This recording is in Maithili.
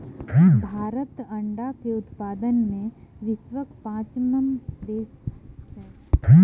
भारत अंडाक उत्पादन मे विश्वक पाँचम देश अछि